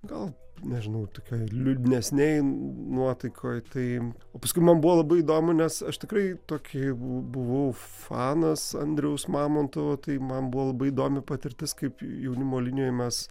gal nežinau tokioj liūdnesnėj nuotaikoj tai o paskui man buvo labai įdomu nes aš tikrai tokį buvau fanas andriaus mamontovo tai man buvo labai įdomi patirtis kaip jaunimo linijoj mes